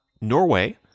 norway